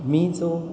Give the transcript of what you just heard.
मी जो